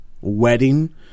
wedding –